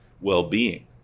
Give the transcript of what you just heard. well-being